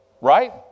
right